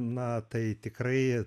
na tai tikrai